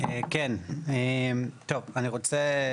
כמו שנאמר פה מקודם, כסף